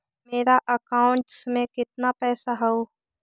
मेरा अकाउंटस में कितना पैसा हउ?